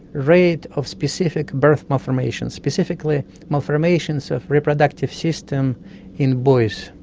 rate of specific birth malformations, specifically malformations of reproductive system in boys,